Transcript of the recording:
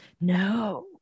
No